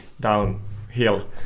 downhill